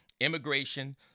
immigration